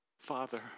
Father